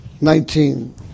Nineteen